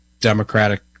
democratic